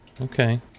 Okay